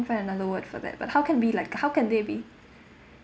find another word for that but how can be like how can they be